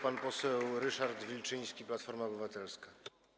Pan poseł Ryszard Wilczyński, Platforma Obywatelska.